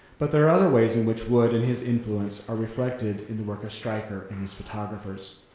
but there are other ways in which wood and his influence are reflected in the work of stryker and his photographers.